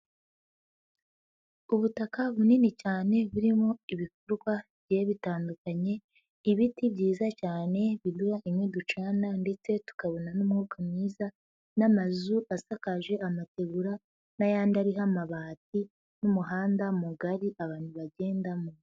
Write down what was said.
Ubutaka bunini cyane burimo ibikorwa bigiye bitandukanye, ibiti byiza cyane biduha inkwi ducana ndetse tukabona n'umwuka mwiza n'amazu asakaje amategura n'ayandi ariho amabati n'umuhanda mugari abantu bagendamo.